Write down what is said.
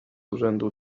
urzędu